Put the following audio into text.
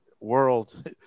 world